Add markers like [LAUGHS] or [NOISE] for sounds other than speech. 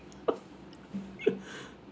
[LAUGHS]